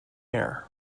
air